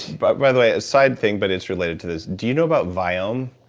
but by the way, ah side thing, but it's related to this. do you know about viome?